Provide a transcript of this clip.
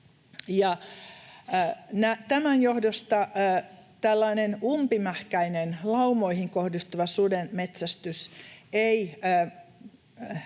Tämän johdosta tällainen umpimähkäinen laumoihin kohdistuva sudenmetsästys ei